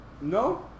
No